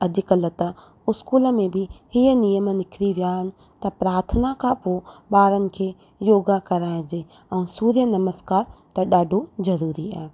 अॼुकल्ह त स्कूल में बि हीअ नियम निकिरी विया आहिनि त प्रार्थना खां पोइ ॿारनि खे योगा कराइजे ऐं सूर्य नमस्कार त ॾाढो ज़रूरी आहे